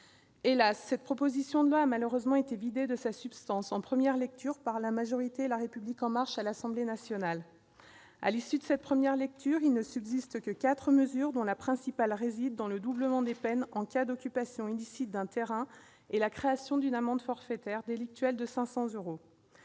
Cette proposition de loi a malheureusement été vidée de sa substance en première lecture par le groupe majoritaire, La République En Marche, à l'Assemblée nationale. À l'issue de cette première lecture, il ne subsiste que quatre mesures, la principale étant le doublement des peines en cas d'occupation illicite d'un terrain et la création d'une amende forfaitaire délictuelle de 500 euros.